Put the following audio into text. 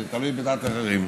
זה תלוי בדעת אחרים.